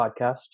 podcast